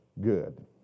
good